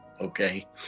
okay